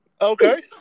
Okay